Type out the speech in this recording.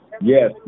Yes